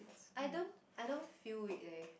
I don't I don't feel it leh